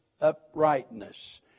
uprightness